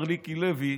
מר מיקי לוי,